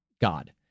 God